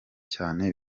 cyane